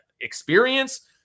experience